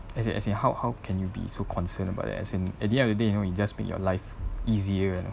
as in as in how how can you be so concerned about the as in at the end of the day you know it just make your life easier lah